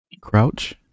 Crouch